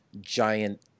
giant